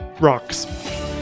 rocks